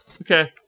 okay